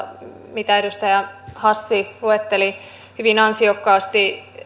mitä edustaja hassi luetteli hyvin ansiokkaasti